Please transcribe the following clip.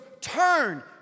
turn